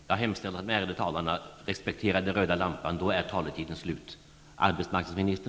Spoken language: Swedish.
Jag hemställer att de ärade talarna respekterar att taletiden är slut då den röda lampan lyser.